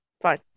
Fine